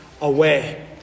away